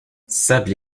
sable